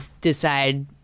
decide